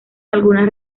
algunas